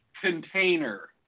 Container